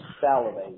salivate